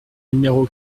numéro